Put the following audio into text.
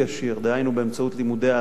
דהיינו באמצעות לימודי העשרה,